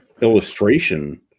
illustration